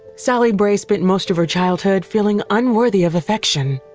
sallie bray spent most of her childhood feeling unworthy of affection.